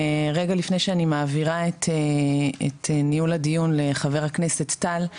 רגע לפני שאני מעבירה את ניהול הדיון לחבר הכנסת טל,